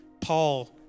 paul